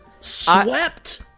swept